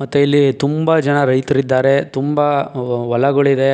ಮತ್ತೆ ಇಲ್ಲಿ ತುಂಬ ಜನ ರೈತರಿದ್ದಾರೆ ತುಂಬ ಒ ಹೊಲಗಳಿದೆ